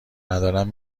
ندارم